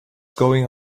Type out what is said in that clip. going